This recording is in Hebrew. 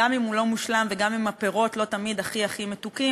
גם אם הוא לא מושלם וגם אם הפירות לא תמיד הכי הכי מתוקים,